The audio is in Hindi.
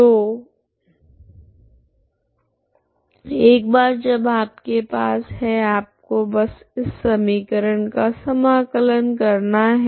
तो एक बार जब आपके पास है आपको बस इस समीकरण का समाकलन करना है